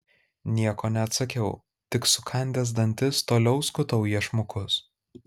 nieko neatsakiau tik sukandęs dantis toliau skutau iešmukus